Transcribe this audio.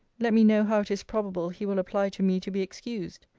let me know how it is probable he will apply to me to be excused.